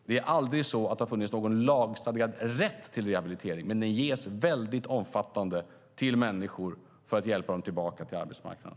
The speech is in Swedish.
Det har aldrig funnits någon lagstadgad rätt till rehabilitering, men den ges väldigt omfattande till människor för att hjälpa dem tillbaka till arbetsmarknaden.